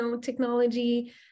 technology